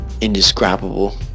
indescribable